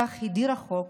כך הדיר החוק